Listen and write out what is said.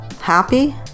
Happy